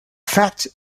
fact